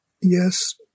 yes